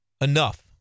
enough